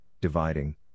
dividing